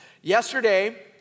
yesterday